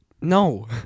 No